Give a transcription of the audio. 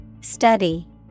Study